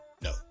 no